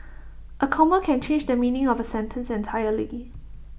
A comma can change the meaning of A sentence entirely